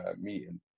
meeting